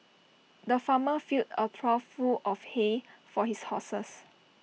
the farmer filled A trough full of hay for his horses